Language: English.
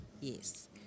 Yes